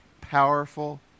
powerful